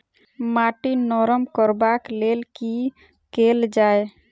माटि नरम करबाक लेल की केल जाय?